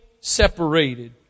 separated